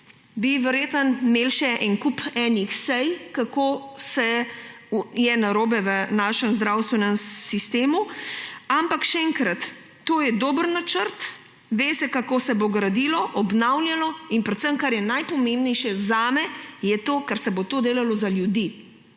bi verjetno imeli še en kup enih sej, kako je vse narobe v našem zdravstvenem sistemu. Ampak še enkrat, to je dober načrt, ve se, kako se bo gradilo, obnavljalo, in kar je najpomembnejše zame, je to, da se bo to delalo za ljudi.